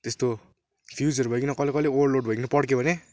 त्यस्तो फ्युजहरू भईकन कहिले कहिले ओभर लोड भईकन पड्क्यो भने